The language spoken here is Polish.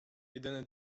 jedyny